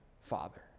father